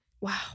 Wow